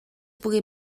pugui